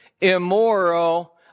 immoral